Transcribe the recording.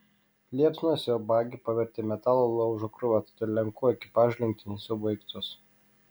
liepsnos jo bagį pavertė metalo laužo krūva todėl lenkų ekipažui lenktynės jau baigtos